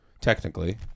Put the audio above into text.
technically